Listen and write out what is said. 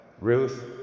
Ruth